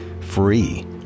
free